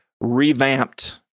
revamped